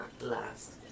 last